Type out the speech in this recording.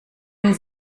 den